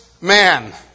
man